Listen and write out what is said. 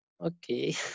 Okay